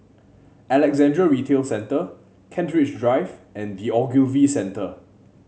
Alexandra Retail Centre Kent Ridge Drive and The Ogilvy Centre